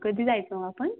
कधी जायचं मग आपण